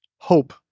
Hope